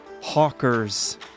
hawkers